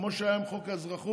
כמו שהיה עם חוק האזרחות,